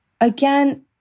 again